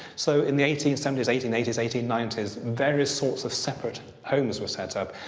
so in the eighteen seventy s, eighteen eighty s, eighteen ninety s, various sorts of separate homes were set up,